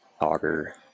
auger